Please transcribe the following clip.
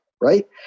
right